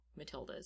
Matildas